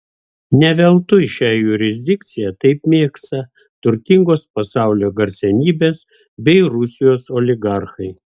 ne veltui šią jurisdikciją taip mėgsta turtingos pasaulio garsenybės bei rusijos oligarchai